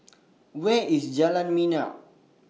Where IS Jalan Minyak